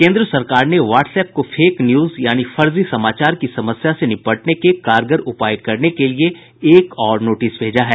केंद्र सरकार ने व्हाट्स ऐप को फेक न्यूज यानी फर्जी समाचार की समस्या से निपटने के कारगर उपाय करने के लिए एक और नोटिस भेजा है